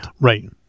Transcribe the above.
Right